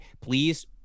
Please